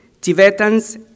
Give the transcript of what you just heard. Tibetans